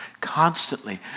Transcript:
Constantly